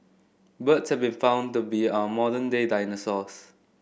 birds have been found to be our modern day dinosaurs